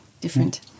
different